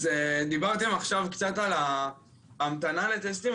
אז דיברתם עכשיו קצת על ההמתנה לטסטים,